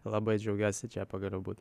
labai džiaugiuosi čia pagaliau būt